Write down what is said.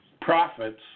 profits